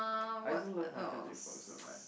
I just Michael-J-Fox so much